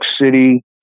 City